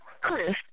Chris